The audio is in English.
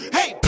Hey